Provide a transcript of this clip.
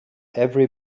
every